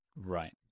Right